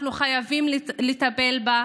אנחנו חייבים לטפל בה,